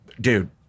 Dude